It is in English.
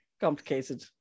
Complicated